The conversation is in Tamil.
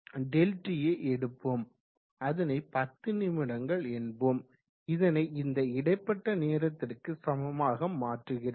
∆t யை எடுப்போம் அதனை 10 நிமிடங்கள் என்போம் இதனை இந்த இடைப்பட்ட நேரத்திற்கு சமமாக மாற்றுகிறேன்